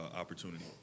opportunity